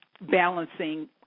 balancing